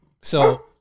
So-